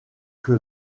que